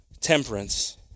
temperance